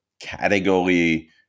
category